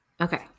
Okay